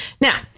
Now